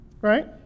right